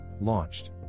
Launched